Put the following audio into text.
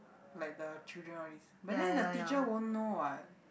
like the children all this but then the teacher won't know what